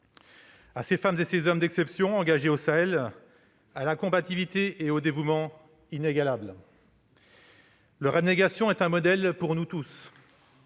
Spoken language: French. à ces femmes et à ces hommes d'exception engagés au Sahel, dont la combativité et le dévouement sont inégalables. Leur abnégation est un modèle pour nous tous.